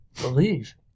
believe